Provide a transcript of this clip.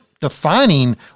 defining